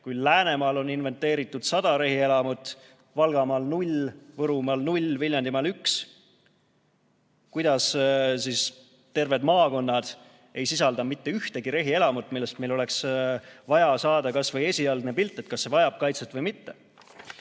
kui Läänemaal on inventeeritud 100 rehielamut, Valgamaal 0, Võrumaal 0 ja Viljandimaal 1? Kuidas siis terved maakonnad ei sisalda mitte ühtegi rehielamut, millest meil oleks vaja saada kas või esialgne pilt, kas see vajab kaitset või mitte?